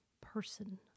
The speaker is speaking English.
person